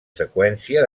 seqüència